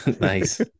nice